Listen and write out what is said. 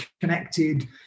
connected